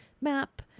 map